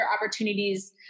opportunities